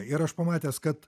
ir aš pamatęs kad